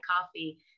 coffee